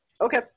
Okay